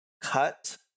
cut